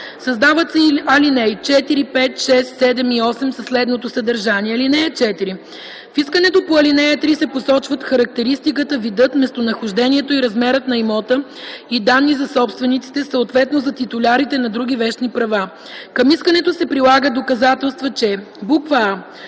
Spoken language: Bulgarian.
Създават се алинеи 4, 5, 6, 7 и 8 със следното съдържание: „(4) В искането по ал. 3 се посочват характеристиката, видът, местонахождението и размерът на имота и данни за собствениците, съответно за титулярите на други вещни права. Към искането се прилагат доказателства, че: а)